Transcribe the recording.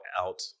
out